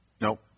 No